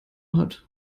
hat